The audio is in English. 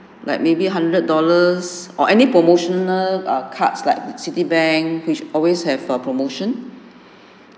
like maybe hundred dollars or any promotional ah cards like citibank which always have a promotion